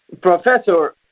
professor